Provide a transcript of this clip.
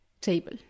table